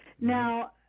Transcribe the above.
Now